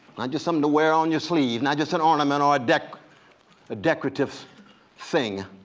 not just something to wear on your sleeve, not just an ornament or a decorative ah decorative thing,